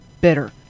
bitter